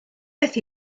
beth